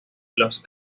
los